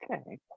Okay